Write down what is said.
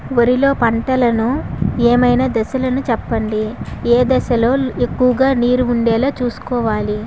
వరిలో పంటలు ఏమైన దశ లను చెప్పండి? ఏ దశ లొ ఎక్కువుగా నీరు వుండేలా చుస్కోవలి?